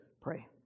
pray